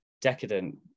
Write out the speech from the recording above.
decadent